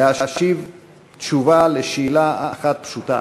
לתת תשובה על שאלה אחת פשוטה: